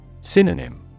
Synonym